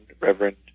Reverend